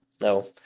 no